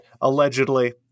allegedly